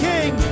King